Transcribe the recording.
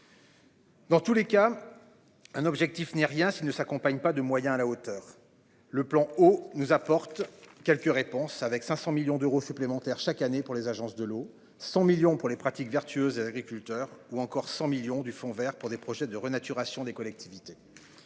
Dans tous les cas. Un objectif ni rien s'ils ne s'accompagne pas de moyens à la hauteur. Le plan oh nous apporte quelques réponses avec 500 millions d'euros supplémentaires chaque année pour les agences de l'eau, 100 millions pour les pratiques vertueuses agriculteur ou encore 100 millions du Fonds Vert pour des projets de renaturation des collectivités.